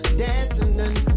dancing